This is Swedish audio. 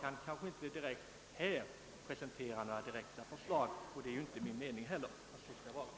kan inte här presentera några direkta konkreta förslag, och det har inte heller varit min mening.